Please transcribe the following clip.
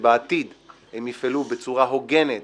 שבעתיד הם יפעלו בצורה הוגנת